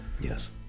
Yes